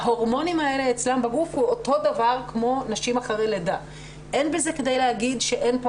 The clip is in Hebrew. ההורמונים האלה אצלם בגוף הם אותו דבר כמו אצל נשים אחרי לידה.